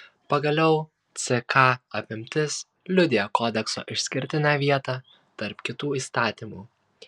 pagaliau ck apimtis liudija kodekso išskirtinę vietą tarp kitų įstatymų